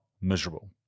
miserable